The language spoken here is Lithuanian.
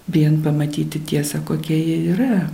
vien pamatyti tiesą kokia ji yra